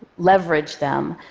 leverage them.